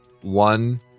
One